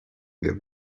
give